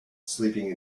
sleeping